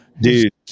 Dude